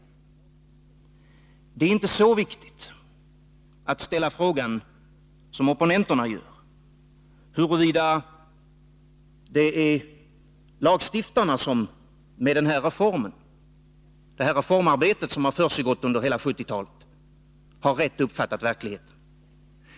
Det är inte så viktigt att ställa frågan, som opponenterna gör, huruvida det är lagstiftarna som med det reformarbete som har försiggått under hela 1970-talet har rätt uppfattat verkligheten.